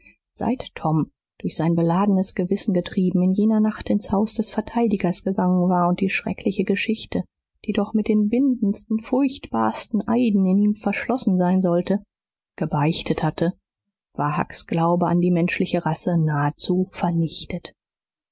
seit tom durch sein beladenes gewissen getrieben in jener nacht ins haus des verteidigers gegangen war und die schreckliche geschichte die doch mit den bindendsten furchtbarsten eiden in ihm verschlossen sein sollte gebeichtet hatte war hucks glauben an die menschliche rasse nahezu vernichtet